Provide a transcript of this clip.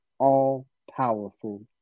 all-powerful